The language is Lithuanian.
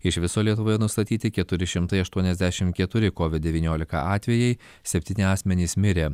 iš viso lietuvoje nustatyti keturi šimtai aštuoniasdešimt keturi covid devyniolika atvejai septyni asmenys mirė